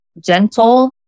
gentle